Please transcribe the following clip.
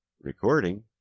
Recording